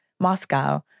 Moscow